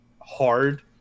hard